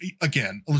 again